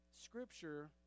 Scripture